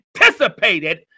anticipated